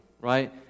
right